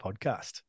Podcast